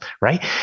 right